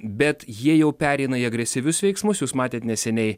bet jie jau pereina į agresyvius veiksmus jūs matėt neseniai